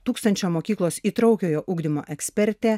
tūkstančio mokyklos įtraukiojo ugdymo ekspertė